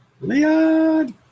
Leon